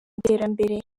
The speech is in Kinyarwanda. iterambere